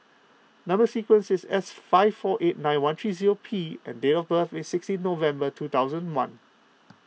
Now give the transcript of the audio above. Number Sequence is S five four eight nine one three zero P and date of birth is sixteen November two thousand one